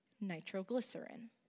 nitroglycerin